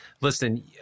listen